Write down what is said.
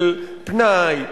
של פנאי,